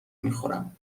میخورم